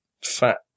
fat